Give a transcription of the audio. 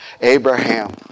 Abraham